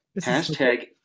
Hashtag